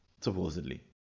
supposedly